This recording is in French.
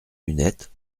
lunettes